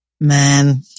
man